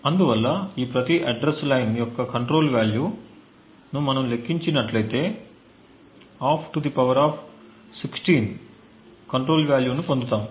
అందువల్ల ఈ ప్రతి అడ్రస్ లైన్ యొక్క కంట్రోల్ వాల్యూను మనం లెక్కించినట్లయితే 12 16 కంట్రోల్ వాల్యూను పొందుతాము